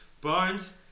Bones